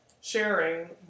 sharing